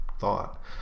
thought